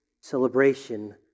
celebration